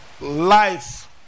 Life